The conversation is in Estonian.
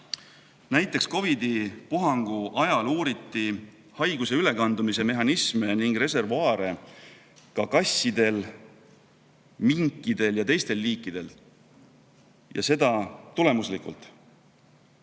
Näiteks COVID-i ajal uuriti haiguse ülekandumise mehhanisme ning reservuaare ka kassidel, minkidel ja teistel liikidel ning seda tehti tulemuslikult.